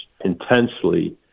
intensely